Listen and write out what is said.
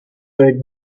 earth